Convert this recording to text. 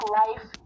life